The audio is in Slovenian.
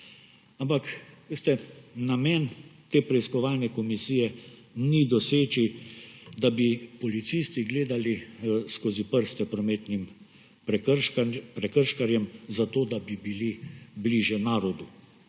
Ampak namen te preiskovalne komisije ni doseči, da bi policisti gledali skozi prste prometnim prekrškarjem, zato da bi bili bližje narodu.